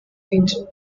angel